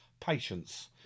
Patience